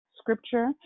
scripture